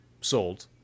sold